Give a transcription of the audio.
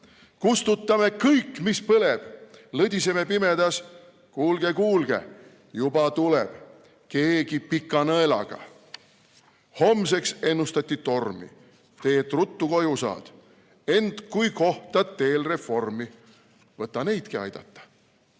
Kustutame kõik, mis põleb. Lõdiseme pimedas. Kuulge, kuulge, juba tuleb keegi pika nõelaga. Homseks ennustati tormi. Tee, et ruttu koju saad. Ent kui kohtad teel reformi, võta neidki aidata.